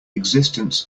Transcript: existence